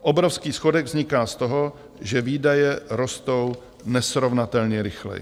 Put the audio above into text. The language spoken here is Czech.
Obrovský schodek vzniká z toho, že výdaje rostou nesrovnatelně rychleji.